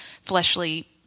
fleshly